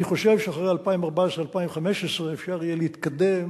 אני חושב שאחרי 2014, 2015, אפשר יהיה להתקדם